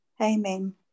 Amen